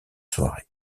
soirée